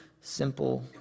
simple